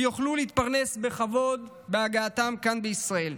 ויוכלו להתפרנס בכבוד בהגעתם כאן לישראל.